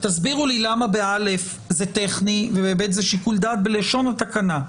תסבירו לי למה ב-א זה טכני וב-ב זה שיקול דעת בלשון התקנה.